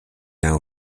now